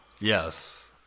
Yes